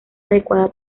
adecuada